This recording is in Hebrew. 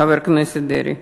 חבר הכנסת דרעי,